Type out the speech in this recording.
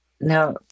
Now